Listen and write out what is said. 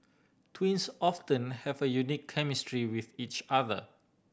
twins often have a unique chemistry with each other